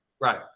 Right